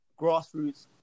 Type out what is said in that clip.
grassroots